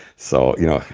so, you know,